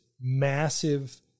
massive